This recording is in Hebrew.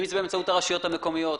אם זה באמצעות הרשויות המקומיות.